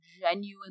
genuinely